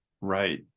right